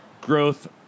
growth